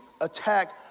attack